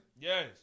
Yes